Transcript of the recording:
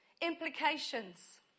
implications